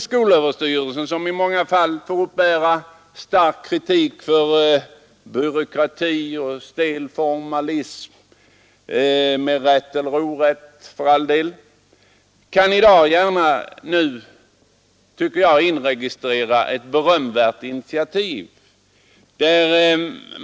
Skolöverstyrelsen, som i många fall får uppbära stark kritik för byråkrati och stel formalism med rätt eller orätt kan i dag, tycker jag, gärna få inregistrera beröm för ett initiativ.